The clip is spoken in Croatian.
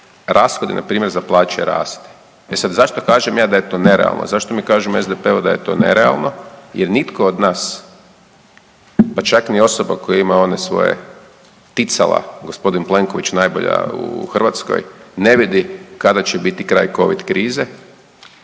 rashodi, npr. za plaće raste. E sad, zašto kažem ja da je to nerealno, zašto mi kažemo u SDP-u da je to nerealno jer nitko od nas, pa čak ni osoba koja ima one svoje, ticala, g. Plenković najbolja u Hrvatskoj, ne vidi kada će biti kraj Covid krize